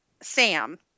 Sam